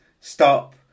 stop